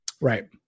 Right